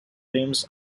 films